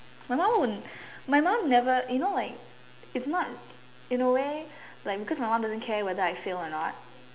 my mom would my mom never you know like it's not in a way like because my mom doesn't care whether I fail or not